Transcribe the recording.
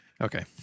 Okay